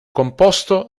composto